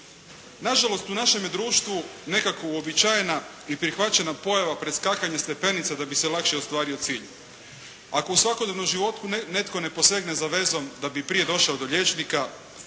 Na žalost u našemu je društvu nekako uobičajena i prihvaćena pojava preskakanje stepenica da bi se lakše ostvario cilj. Ako u svakodnevnom životu netko ne posegne za vezom da bi prije došao do liječnika,